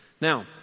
Now